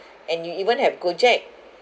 and you even have gojek